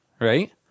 Right